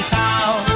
town